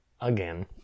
again